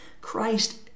Christ